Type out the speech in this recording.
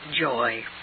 joy